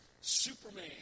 Superman